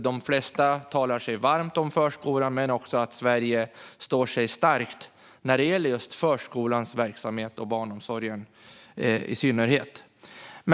De flesta talar varmt om förskolan och att Sverige står starkt när det gäller förskolans verksamhet och barnomsorgen i synnerhet.